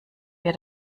wir